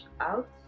out